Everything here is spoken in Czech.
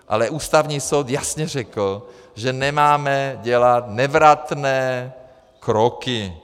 Ale Ústavní soud jasně řekl, že nemáme dělat nevratné kroky.